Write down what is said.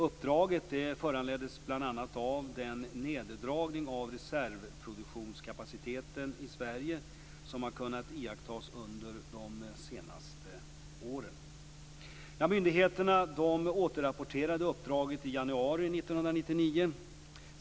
Uppdraget föranleddes bl.a. av den neddragning av reservproduktionskapaciteten i Sverige som har kunnat iakttas under de senaste åren. Myndigheterna återrapporterade uppdraget i januari 1999.